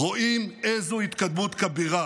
רואים איזו התקדמות כבירה